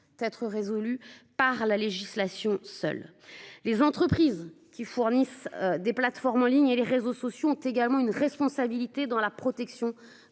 être résolue par la législation seule. Les entreprises qui fournissent des plateformes en ligne et les réseaux sociaux ont également une responsabilité dans la protection